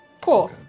Cool